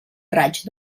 raig